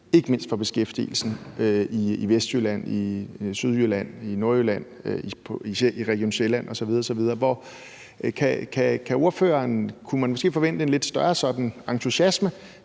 ikke mindst for beskæftigelsen i Vestjylland, i Sydjylland, i Nordjylland, i Region Sjælland osv. Kunne man måske forvente en lidt større sådan entusiasme